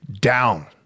down